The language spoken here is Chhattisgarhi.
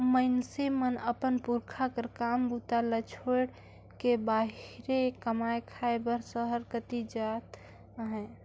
मइनसे मन अपन पुरखा कर काम बूता ल छोएड़ के बाहिरे कमाए खाए बर सहर कती जात अहे